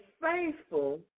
faithful